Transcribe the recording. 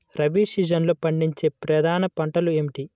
రబీ సీజన్లో పండించే ప్రధాన పంటలు ఏమిటీ?